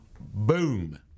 boom